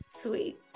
sweet